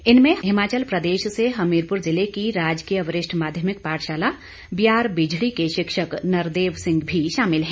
इनमें हिमाचल प्रदेश से हमीरपुर जिले की राजकीय वरिष्ठ माध्यमिक पाठशाला बियार बिझड़ी के शिक्षक नरदेव सिंह भी शामिल है